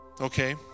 okay